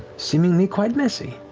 seemingly quite messy.